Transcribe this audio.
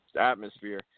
atmosphere